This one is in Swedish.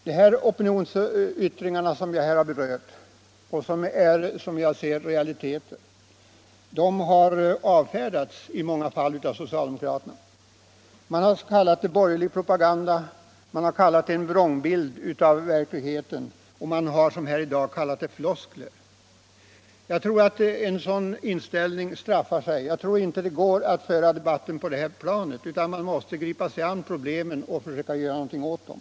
De opinionsyttringar jag här berört — som enligt min mening har konkret bakgrund — har i många fall avfärdats av socialdemokraterna. Man har kallat dem borgerlig propaganda, menat att de ger en vrångbild av verksamheten eller, som här i dag, använt benämningen floskler. Jag tror att en sådan inställning straffar sig. Man kan inte föra debatten på det planet utan måste gripa sig an problemen och försöka göra någonting åt dem.